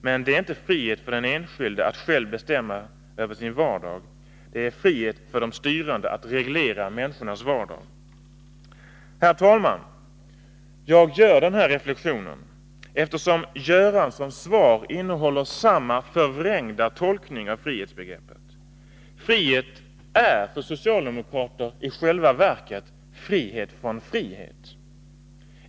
Detta är inte frihet för den enskilde att själv bestämma över sin vardag, det är frihet för de styrande att reglera människornas vardag. Herr talman! Jag gör den här reflexionen eftersom Bengt Göranssons svar innehåller samma förvrängda tolkning av frihetsbegreppet. Frihet är för socialdemokrater i själva verket frihet från frihet.